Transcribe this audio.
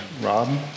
Rob